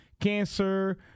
Cancer